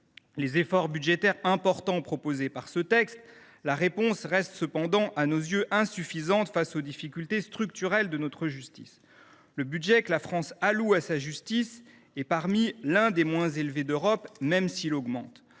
les efforts budgétaires substantiels portés par ce texte, la réponse reste cependant à ses yeux insuffisante face aux difficultés structurelles de notre justice. Le budget que la France alloue à sa justice est parmi l’un des moins élevés d’Europe, même s’il augmente.